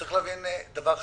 צריך להבין דבר אחד,